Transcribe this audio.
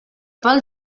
pel